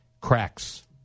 Cracks